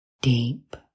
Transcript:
deep